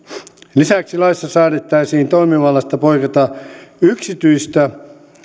lisäksi laissa säädettäisiin toimivallasta poiketa yksityistä